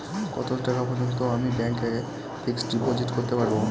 কত টাকা পর্যন্ত আমি ব্যাংক এ ফিক্সড ডিপোজিট করতে পারবো?